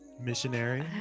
Missionary